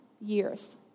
years